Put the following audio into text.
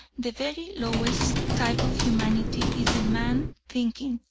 the very lowest type of humanity is the man thinking,